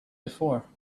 before